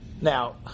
Now